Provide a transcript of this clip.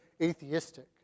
atheistic